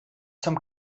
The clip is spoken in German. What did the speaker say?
zum